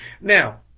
Now